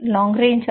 long range order